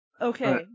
Okay